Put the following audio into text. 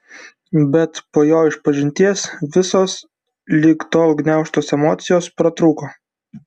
bet po jo išpažinties visos lig tol gniaužtos emocijos pratrūko